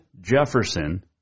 Jefferson